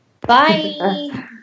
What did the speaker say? Bye